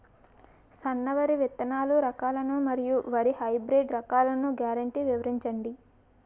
సన్న వరి విత్తనాలు రకాలను మరియు వరి హైబ్రిడ్ రకాలను గ్యారంటీ వివరించండి?